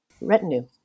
retinue